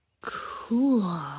Cool